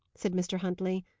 said mr. huntley,